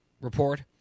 report